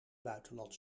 buitenland